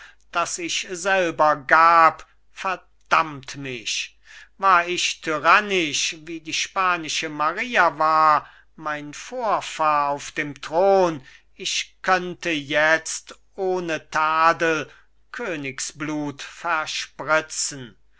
das ich selber gab verdammt mich war ich tyrannisch wie die spanische maria war mein vorfahr auf dem thron ich könnte jetzt ohne tadel königsblut verspritzen